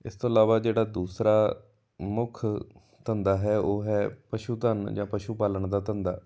ਇਸ ਤੋਂ ਇਲਾਵਾ ਜਿਹੜਾ ਦੂਸਰਾ ਮੁੱਖ ਧੰਦਾ ਹੈ ਉਹ ਹੈ ਪਸ਼ੂ ਧਨ ਜਾਂ ਪਸ਼ੂ ਪਾਲਣ ਦਾ ਧੰਦਾ